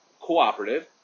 cooperative